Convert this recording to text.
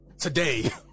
today